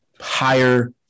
higher